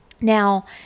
Now